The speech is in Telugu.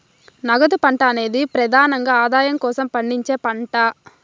నగదు పంట అనేది ప్రెదానంగా ఆదాయం కోసం పండించే పంట